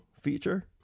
feature